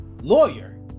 lawyer